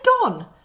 gone